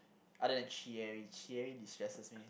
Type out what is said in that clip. other than destresses me